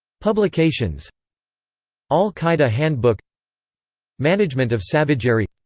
publications al qaeda handbook management of savagery